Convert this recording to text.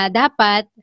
dapat